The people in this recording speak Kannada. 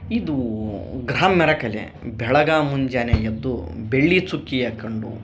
ಇದು ಗ್ರಾಮ್ಯರ ಕಲೆ ಬೆಳಗ ಮುಂಜಾನೆ ಎದ್ದೂ ಬೆಳ್ಳಿ ಚುಕ್ಕಿಯ ಕಂಡು